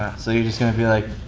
so, you're just gonna be like,